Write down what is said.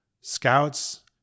Scouts